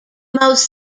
most